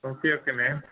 okay okay ma'am